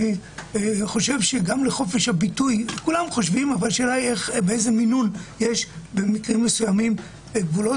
שגם לחופש הביטוי יש במקרים מסוימים גבולות.